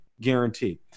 guaranteed